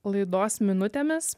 laidos minutėmis